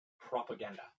propaganda